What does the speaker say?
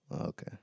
Okay